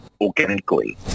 organically